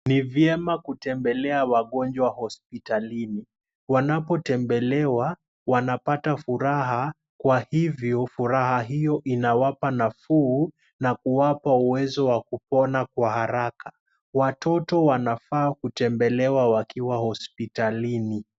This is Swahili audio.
Ni vyema kutembelea wagonjwa hospitalini, wapotembelewa wanapata furaha, kwa hivyo furaha hiyo inawapa nafuu na kuwapa uwezo wakupona kwa haraka. Watoto wanafaa kutembelewa wakiwa hospitalini.